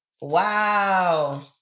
Wow